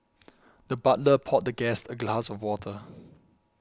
the butler poured the guest a glass of water